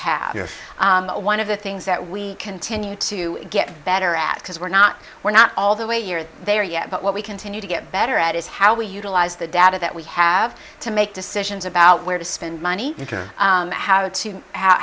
have your one of the things that we continue to get better at because we're not we're not all the way you're there yet but what we continue to get better at is how we utilize the data that we have to make decisions about where to spend money into how to how